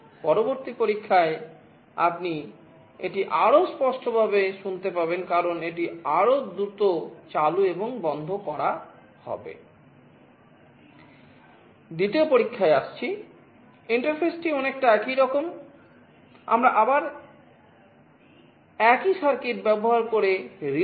পরবর্তী পরীক্ষায় আপনি এটি আরও স্পষ্ট ভাবে শুনতে পাবেন কারণ এটি আরও দ্রুত চালু এবং বন্ধ করা হবে